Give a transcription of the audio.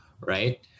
right